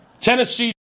Tennessee